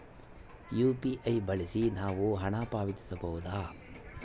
UPI ಬಳಸಿ ನಾವು ಹಣ ಪಾವತಿಸಬಹುದಾ?